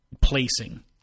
placing